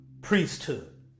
priesthood